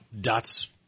dots